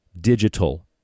digital